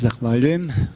Zahvaljujem.